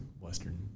Western